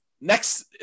next